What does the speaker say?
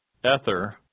Ether